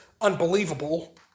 Unbelievable